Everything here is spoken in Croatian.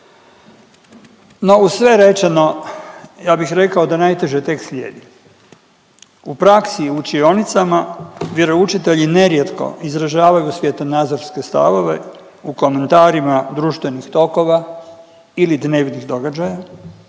No uz sve rečeno ja bih rekao da najteže tek slijedi. U praksi u učionicama vjeroučitelji nerijetko izražavaju svjetonazorske nadzore u komentarima društvenih tokova ili dnevnih događaja,